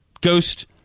Ghost